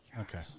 Okay